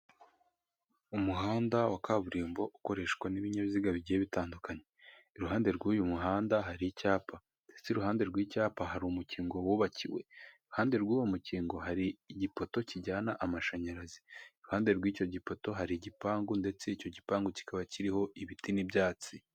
Umuhanda wa kaburimbo ukoreshwa n'ibinyabiziga bigiye bitandukanye. Iruhande rw'uyu muhanda hari icyapa ndetse iruhande rw'icyapa hari umukingo wubakiwe iruhande rw'uwo mukingo hari igipoto kijyana amashanyarazi, iruhande rw'icyo gipoto hari igipangu ndetse icyo gipangu kikaba kiriho ibiti n'ibyatsi.